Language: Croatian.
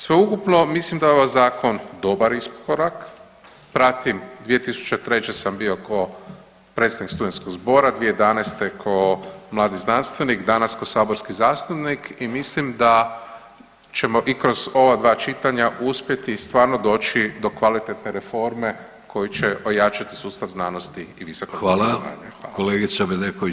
Sveukupno, mislim da je ovaj Zakon dobar iskorak, pratim, 2003. sam bio kao predsjednik studenskog zbora, 2011. kao mladi znanstvenik, danas kao saborski zastupnik i mislim da ćemo i kroz ova dva čitanja uspjeti stvarno doći do kvalitetne reforme koji će ojačati sustav znanosti i visokog obrazovanja.